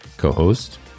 co-host